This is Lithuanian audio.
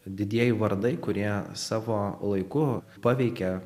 didieji vardai kurie savo laiku paveikė